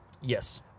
Yes